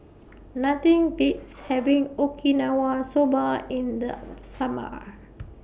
Nothing Beats having Okinawa Soba in The Summer